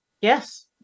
Yes